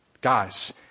Guys